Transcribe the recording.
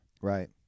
Right